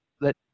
let